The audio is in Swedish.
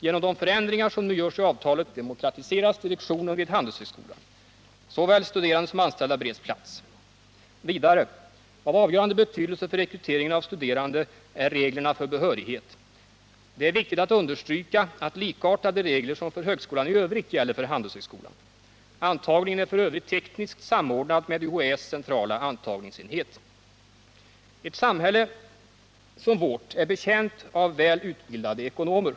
Genom de förändringar som nu görs i avtalet demokratiseras direktionen vid Handelshögskolan. Såväl studerande som anställda bereds plats. Av avgörande betydelse för rekryteringen av studerande är reglerna för behörighet. Det är viktigt att understryka, att likartade regler som för 175 högskolan i övrigt gäller för Handelshögskolan. Antagningen är f. ö. tekniskt samordnad genom UHÄ:s centrala antagningsenhet. Ett samhälle är betjänt av väl utbildade ekonomer.